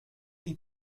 die